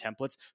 templates